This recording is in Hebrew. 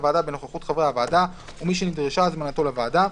הישיבה בנוכחות חברי הוועדה ומי שנדרשה הזמנתו לוועדה,